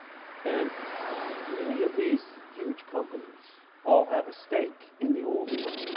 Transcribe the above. and many of these huge companies all have a stake in the old era.